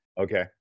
Okay